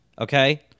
Okay